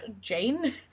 Jane